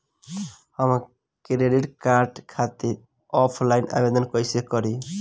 हम credit card खातिर offline आवेदन कइसे करि?